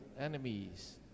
enemies